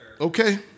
Okay